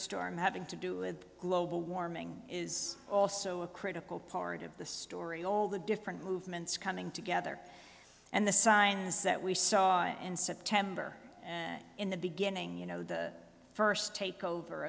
snowstorm having to do with global warming is also a critical part of the story all the different movements coming together and the signs that we saw and september in the beginning you know the first takeover